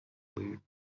beat